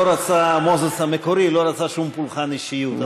מוזס המקורי לא רצה שום פולחן אישיות.